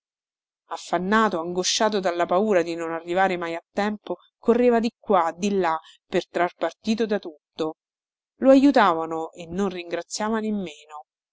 affannato angosciato dalla paura di non arrivare mai a tempo correva di qua di là per trar partito da tutto lo ajutavano e non ringraziava nemmeno